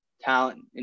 talent